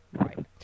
right